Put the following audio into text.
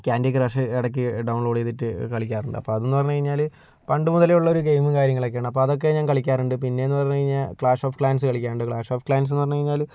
candy crush ഇടയ്ക്ക് download ചെയ്തിട്ട് കളിക്കാറുണ്ട് അപ്പോൾ അതെന്ന് പറഞ്ഞു കഴിഞ്ഞാല് പണ്ടുമുതലേ ഉള്ള ഒരു ഗെയിമും കാര്യങ്ങളൊക്കെ ആണ് അപ്പോൾ അതൊക്കെ ഞാൻ കളിക്കാറുണ്ട് പിന്നെയെന്ന് പറഞ്ഞു കഴിഞ്ഞാൽ ക്ലാഷ് ഓഫ് ക്ലാൻസ് കളിക്കാറുണ്ട് ക്ലാഷ് ഓഫ് ക്ലാൻസെന്ന് പറഞ്ഞു കഴിഞ്ഞാൽ